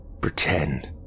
pretend